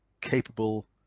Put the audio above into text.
capable